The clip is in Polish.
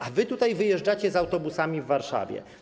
A wy tutaj wyjeżdżacie z autobusami w Warszawie.